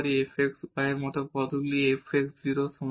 fx y এর মত পদগুলি fx 0 এর সমান